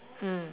mm